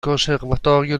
conservatorio